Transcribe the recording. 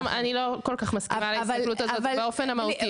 כל כך מסכימה עם ההסתכלות הזאת באופן מהותי,